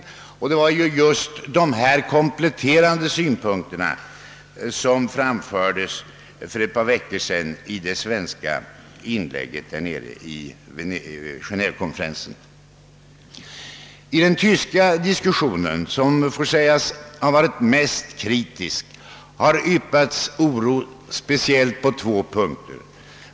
Det var just dessa kompletterande synpunkter som framfördes för ett par veckor sedan i det svenska inlägget vid Genevekonferensen. I den tyska diskussionen, som får sägas ha varit mest kritisk, har det yppats oro speciellt på två punkter.